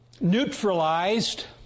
neutralized